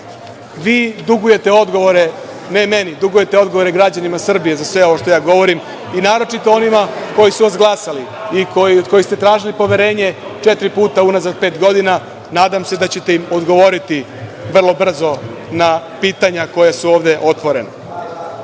Vi dugujete odgovore, ne meni, dugujete odgovore građanima Srbije za sve ovo što govorim, i naročito onima koji su vas glasali i od kojih ste tražili poverenje četiri puta unazad pet godina. Nadam se da ćete im odgovoriti vrlo brzo na pitanja koja su ovde otvorena. Što